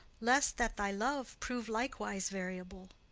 lest that thy love prove likewise variable.